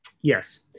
Yes